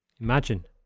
Imagine